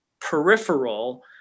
peripheral